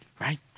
right